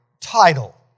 title